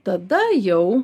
tada jau